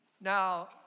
Now